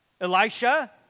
Elisha